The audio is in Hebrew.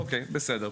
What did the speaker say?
אוקיי, בסדר.